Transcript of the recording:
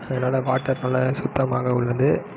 அதனால் வாட்டர் நல்லா சுத்தமாக உள்ளது